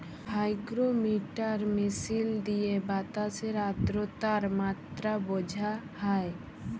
hygrometer মিশিল দিঁয়ে বাতাসের আদ্রতার মাত্রা বুঝা হ্যয়